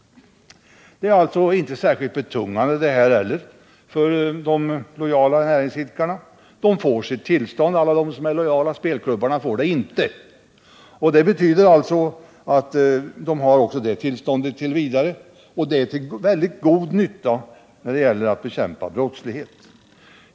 Inte heller detta är särskilt betungande för de lojala näringsidkarna. Alla dessa får sitt tillstånd t. v. men spelklubbarna får det inte, och förfarandet är till god nytta när det gäller att bekämpa brottsligheten.